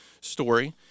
story